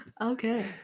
Okay